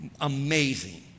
Amazing